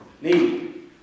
need